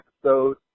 episode